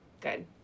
Good